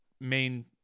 main –